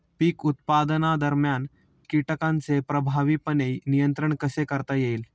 पीक उत्पादनादरम्यान कीटकांचे प्रभावीपणे नियंत्रण कसे करता येईल?